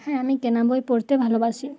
হ্যাঁ আমি কেনা বই পড়তে ভালোবাসি